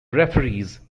referees